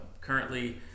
Currently